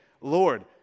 Lord